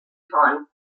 times